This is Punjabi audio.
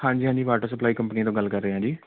ਹਾਂਜੀ ਹਾਂਜੀ ਵਾਟਰ ਸਪਲਾਈ ਕੰਪਨੀ ਤੋਂ ਗੱਲ ਕਰ ਰਹੇ ਹਾਂ ਜੀ